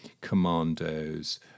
commandos